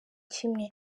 kimwe